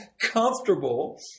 comfortable